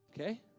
Okay